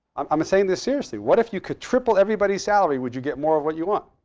um i'm saying this seriously. what if you could triple everybody's salary? would you get more of what you want?